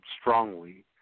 strongly